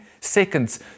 seconds